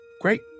Great